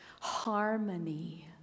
Harmony